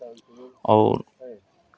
और